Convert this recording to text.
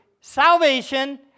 salvation